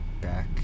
back